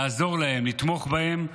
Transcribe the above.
לעזור להם, לתמוך בהם,